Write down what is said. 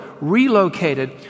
relocated